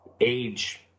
age